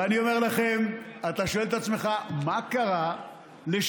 ואני אומר לכם, אתה שואל את עצמך מה קרה ל-18,